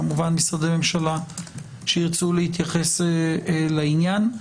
כמובן משרדי ממשלה שירצו להתייחס לעניין.